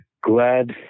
Glad